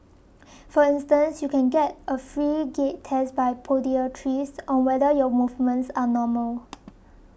for instance you can get a free gait test by podiatrists on whether your movements are normal